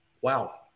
Wow